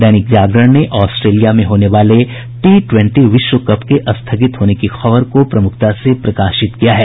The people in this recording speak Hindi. दैनिक जागरण ने ऑस्ट्रेलिया में होने वाले टी ट्वेंटी विश्व कप के स्थगित होने की खबर को प्रमुखता से प्रकाशित किया है